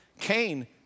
Cain